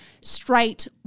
straight